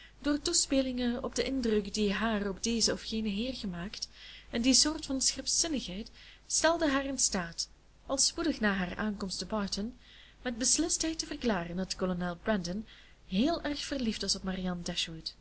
door toespelingen op den indruk door haar op dezen of genen heer gemaakt en die soort van scherpzinnigheid stelde haar in staat al spoedig na haar aankomst te barton met beslistheid te verklaren dat kolonel brandon heel erg verliefd was op marianne